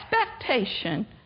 expectation